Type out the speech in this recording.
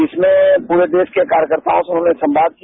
जिसमें पूरे देश के कार्यकर्ताओं से उन्होंने सवाद किया